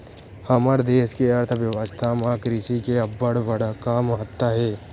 हमर देस के अर्थबेवस्था म कृषि के अब्बड़ बड़का महत्ता हे